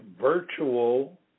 virtual